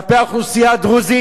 כלפי האוכלוסייה הדרוזית.